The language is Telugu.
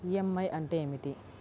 ఈ.ఎం.ఐ అంటే ఏమిటి?